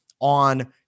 on